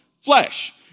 Flesh